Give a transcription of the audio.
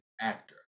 actor